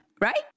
Right